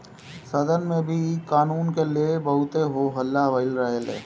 सदन में भी इ कानून के ले बहुते हो हल्ला भईल रहे